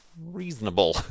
reasonable